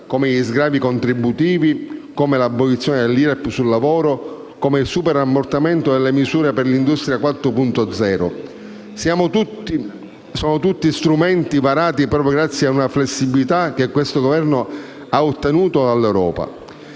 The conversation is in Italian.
come gli sgravi contributivi, l'abolizione dell'IRAP sul lavoro, il superammortamento delle misure per il Piano Nazionale Industria 4.0. Sono tutti strumenti varati proprio grazie a una flessibilità che questo Governo ha ottenuto dall'Europa.